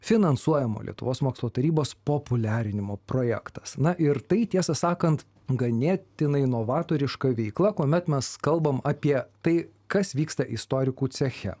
finansuojamo lietuvos mokslo tarybos populiarinimo projektas na ir tai tiesą sakant ganėtinai novatoriška veikla kuomet mes kalbam apie tai kas vyksta istorikų ceche